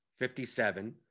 57